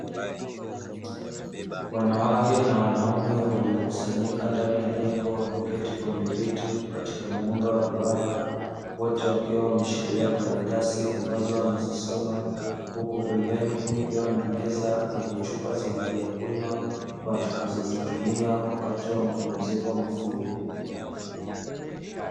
Wanawake na wanaume waliokusanyika ndani ya jengo, wameketi kwenye viti katika muundo wa duara, wote wakiwa wameshikilia karatasi ambazo wanazisoma; huku pembeni kukiwa na meza yenye chupa za maji ya kunywa watakazozitumia wakati wa mapumziko mafupi.